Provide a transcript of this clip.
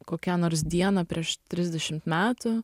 kokią nors dieną prieš trisdešimt metų